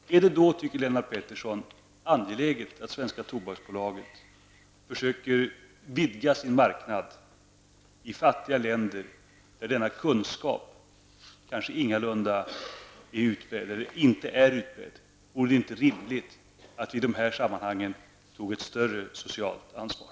Är det då, tycker Lennart Pettersson, angeläget att det svenska Tobaksbolaget försöker vidga sin marknad i fattiga länder, där denna kunskap inte är utbredd? Vore det inte rimligt att vi i de här sammanhangen tog ett större socialt ansvar?